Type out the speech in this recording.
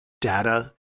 data